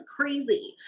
crazy